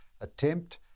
attempt